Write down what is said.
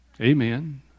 Amen